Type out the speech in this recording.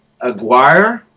Aguirre